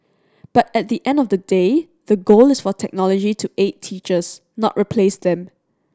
but at the end of the day the goal is for technology to aid teachers not replace them